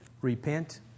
Repent